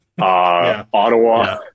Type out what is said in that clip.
Ottawa